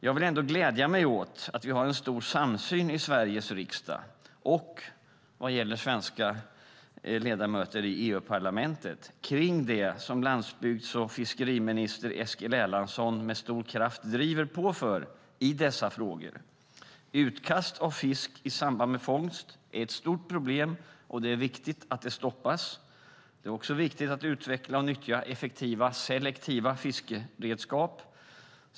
Jag vill ändå glädja mig åt att vi har en stor samsyn i Sveriges riksdag, och vad gäller svenska ledamöter i EU-parlamentet, kring det som landsbygds och fiskeriminister Eskil Erlandsson med stor kraft driver på för i dessa frågor. Utkast av fisk i samband med fångst är ett stort problem. Det är viktigt att det stoppas. Det är också viktigt att utveckla och nyttja effektiva selektiva fiskeredskap.